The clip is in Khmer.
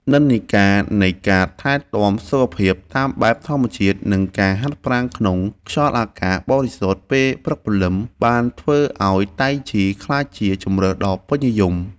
និន្នាការនៃការថែទាំសុខភាពតាមបែបធម្មជាតិ និងការហាត់ប្រាណក្នុងខ្យល់អាកាសបរិសុទ្ធពេលព្រឹកព្រលឹម បានធ្វើឱ្យតៃជីក្លាយជាជម្រើសដ៏ពេញនិយម។